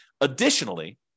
Additionally